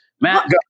Matt